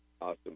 Awesome